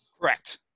Correct